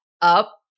up